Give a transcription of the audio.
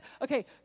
Okay